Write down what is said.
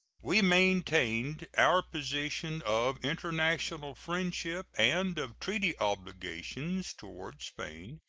we maintained our position of international friendship and of treaty obligations toward spain,